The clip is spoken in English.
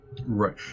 Right